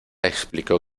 explicó